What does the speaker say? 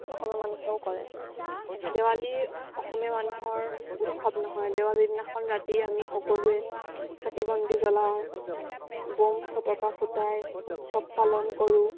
অসমীয়া মানুহেও কৰে দেৱালী অসমীয়া মানুহৰ উৎসৱ নহয় দেৱালীৰ দিনাখন ৰাতি আমি সকলোৱে চাকি বন্তি জ্বলাওঁ বম ফটকা ফুটাই উৎসৱ পালন কৰোঁ